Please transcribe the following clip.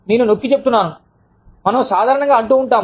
నేను నొక్కి చెప్తున్నాను మనము సాధారణంగా అంటూ ఉంటాము